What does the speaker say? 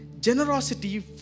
generosity